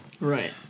Right